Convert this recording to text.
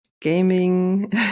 gaming